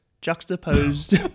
juxtaposed